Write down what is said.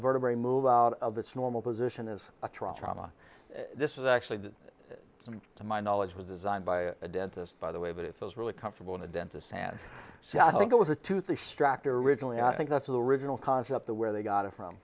vertebrae move out of its normal position is a trauma this is actually that to my knowledge was designed by a dentist by the way but it feels really comfortable in a dentist and so i think it was a toothless tractor originally i think that's the original concept the where they got it from